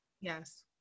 Yes